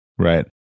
Right